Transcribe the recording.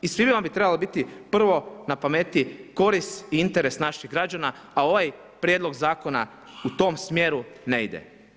I svima bi trebalo biti prvo na pameti korist i interes naših građana, a ovaj prijedlog zakona u tom smjeru ne ide.